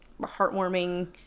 heartwarming